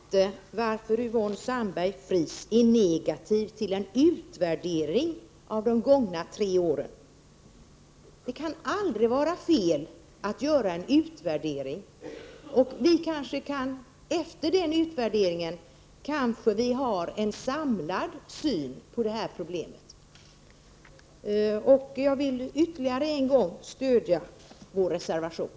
Fru talman! Jag förstår inte varför Yvonne Sandberg-Fries är negativ till en utvärdering av de gångna tre åren. Det kan aldrig vara fel att göra en utvärdering, och efter det att en sådan har gjorts kanske vi har en samlad syn på problemet. Jag vill ytterligare en gång stödja vår reservation.